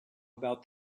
about